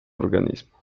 organismo